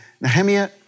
Nehemiah